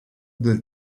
del